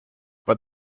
but